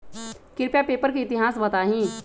कृपया पेपर के इतिहास बताहीं